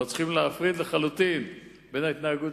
ואנחנו צריכים להפריד לחלוטין בין ההתנהלות